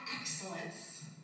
excellence